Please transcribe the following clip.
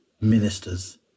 ministers